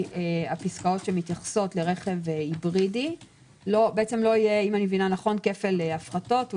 הפסקאות שמתייחסות לרכב היברידי לא יהיה כפל הפחתות.